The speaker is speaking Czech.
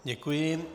Děkuji.